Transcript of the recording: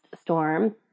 storm